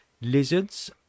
Lizards